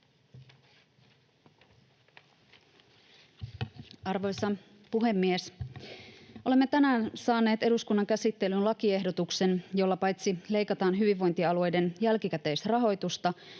Arvoisa puhemies! Olemme tänään saaneet eduskunnan käsittelyyn lakiehdotuksen, jolla paitsi leikataan hyvinvointialueiden jälkikäteisrahoitusta